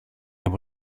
από